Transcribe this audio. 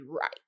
right